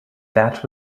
that